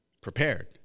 prepared